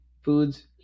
foods